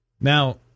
Now